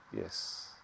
Yes